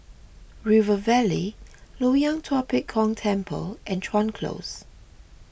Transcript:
River Valley Loyang Tua Pek Kong Temple and Chuan Close